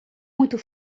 muito